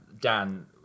Dan